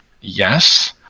Yes